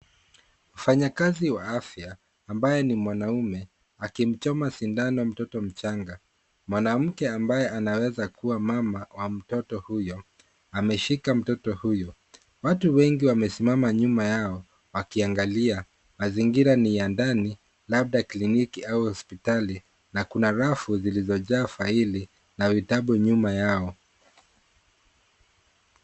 Mfanyakazi wa afya ambaye ni mwanamke akimchonga sindano mtoto mchanga mwanamke ambaye anaweza kuwa mama wa mtoto huyo ameshika mtoto huyo. Watu wengi wamesimama nyuma yao wakiangalia. Mazingira ni ya ndani labda cliniki au hospitali na kuna rafu zilizojaa faili na vitabu nyuma yao.